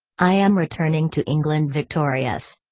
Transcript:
i am returning to england victorious.